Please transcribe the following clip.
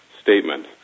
statement